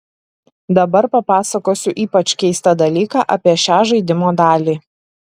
dabar papasakosiu ypač keistą dalyką apie šią žaidimo dalį